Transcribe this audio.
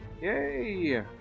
Yay